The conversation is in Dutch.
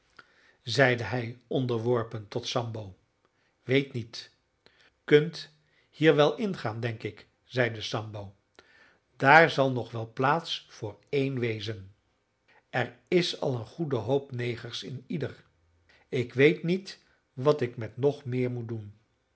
zeide hij onderworpen tot sambo weet niet kunt hier wel ingaan denk ik zeide sambo daar zal nog wel plaats voor één wezen er is al een goede hoop negers in ieder ik weet niet wat ik met nog meer moet doen